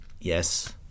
yes